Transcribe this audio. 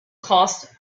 cost